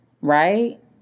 right